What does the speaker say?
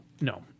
No